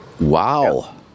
Wow